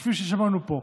כפי ששמענו פה.